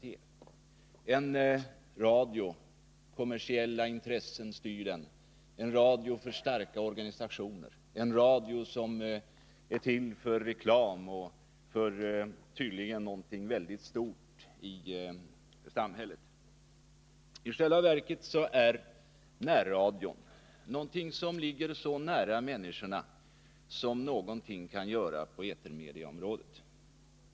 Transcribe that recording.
Eva Hjelmström anser att det är en radio som styrs av kommersiella intressen, en radio för starka organisationer, en radio som är till för reklam och som tydligen är någonting väldigt stort i samhället. I själva verket ligger närradion så nära människorna som någonting kan göra på etermediaområdet.